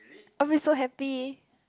I'll be so happy